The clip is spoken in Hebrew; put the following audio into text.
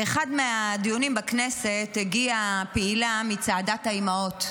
באחד מהדיונים בכנסת הגיעה פעילה מצעדת האימהות.